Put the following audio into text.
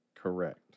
Correct